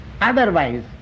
Otherwise